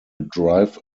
drive